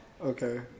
Okay